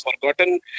forgotten